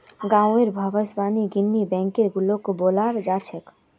गाँउर भाषात पिग्गी बैंकक गुल्लको बोलाल जा छेक